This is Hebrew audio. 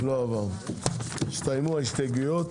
הצבעה ההסתייגויות